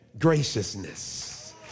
graciousness